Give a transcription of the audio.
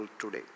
today